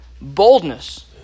boldness